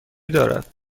دارد